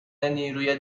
نیروی